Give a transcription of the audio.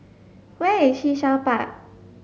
where is Sea Shell Park